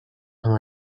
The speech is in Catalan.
amb